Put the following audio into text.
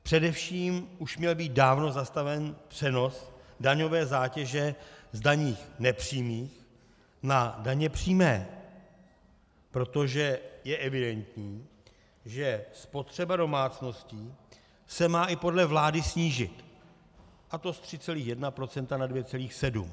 Především už měl být dávno zastaven přenos daňové zátěže z daní nepřímých na daně přímé, protože je evidentní, že spotřeba domácností se má i podle vlády snížit, a to z 3,1 % na 2,7 %.